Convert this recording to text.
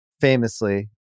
famously